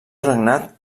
regnat